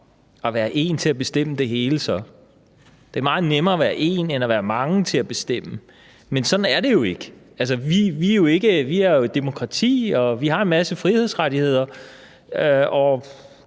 at være én til at bestemme det hele. Det er meget nemmere at være én end at være mange til at bestemme. Men sådan er det jo ikke; altså, vi er jo et demokrati, og vi har en masse frihedsrettigheder, og